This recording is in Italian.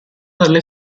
dalle